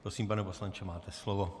Prosím, pane poslanče, máte slovo.